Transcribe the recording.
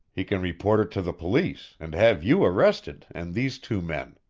he can report it to the police, and have you arrested, and these two men.